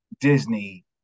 Disney